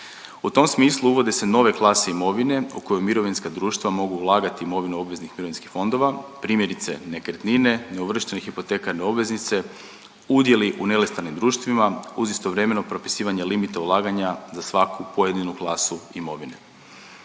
U tom smislu uvode se nove klase imovine u koje mirovinska društva mogu ulagati imovinu obveznih mirovinskih fondova. Primjerice, nekretnine, neuvrštene hipotekarne obveznice, udjeli u … društvima uz istovremeno propisivanje limita ulaganja za svaku pojedinu klasu imovine.